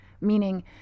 Meaning